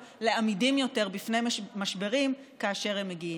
לעמידים יותר בפני משברים כאשר הם מגיעים.